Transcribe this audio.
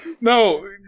no